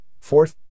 Fourth